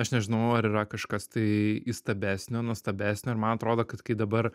aš nežinau ar yra kažkas tai įstambesnio nuostabesnio ir man atrodo kad kai dabar